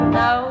no